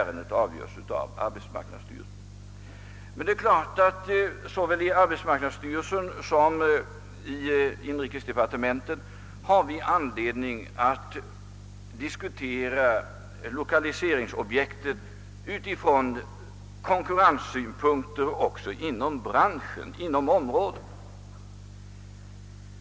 Givetvis finns det också såväl i arbetsmarknadsstyrelsen som i inrikesdepartementet anledning att diskutera lokaliseringsobjekten utifrån konkurrenssynpunkter inom branschen och inom området.